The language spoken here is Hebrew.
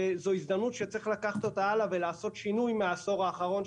זו הזדמנות שצריך לקחת אותה הלאה ולעשות שינוי מהעשור האחרון,